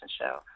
show